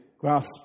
grasp